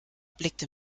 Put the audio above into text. blickte